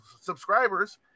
subscribers